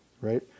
Right